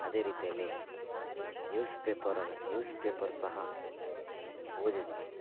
ಅದೇ ರೀತಿಯಲ್ಲಿ ನ್ಯೂಸ್ ಪೇಪರನ ನ್ಯೂಸ್ಪೇಪರ್ ಸಹ ಓದಿದ್ದೀನಿ